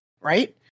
right